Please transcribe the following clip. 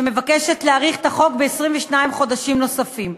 שמבקשת להאריך את תוקף החוק ב-22 חודשים נוספים.